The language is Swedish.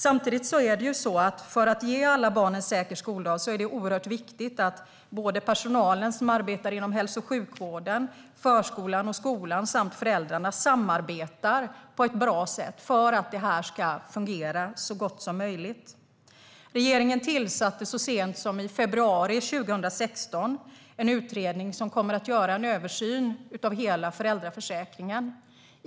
Samtidigt är det oerhört viktigt, för att ge alla barn en säker skoldag, att personalen som arbetar inom hälso och sjukvården, förskolan och skolan samt föräldrarna samarbetar på ett bra sätt för att det här ska fungera så gott som möjligt. Regeringen tillsatte så sent som i februari 2016 en utredning som kommer att göra en översyn av hela föräldraförsäkringen.